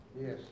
Yes